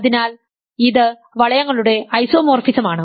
അതിനാൽ ഇത് വളയങ്ങളുടെ ഐസോമോർഫിസമാണ്